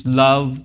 love